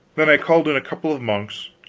then i called in a couple of monks,